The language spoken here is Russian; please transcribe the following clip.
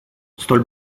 столь